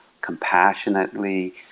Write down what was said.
compassionately